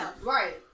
Right